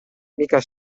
mica